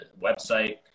website